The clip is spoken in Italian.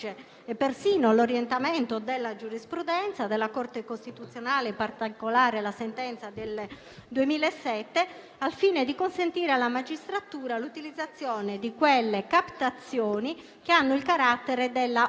e perfino l'orientamento della giurisprudenza e della Corte costituzionale, in particolare della sentenza del 2007, al fine di consentire alla magistratura l'utilizzazione di quelle captazioni che hanno il carattere